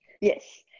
Yes